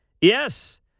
Yes